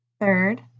Third